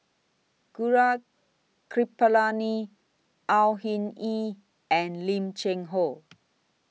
Gaurav Kripalani Au Hing Yee and Lim Cheng Hoe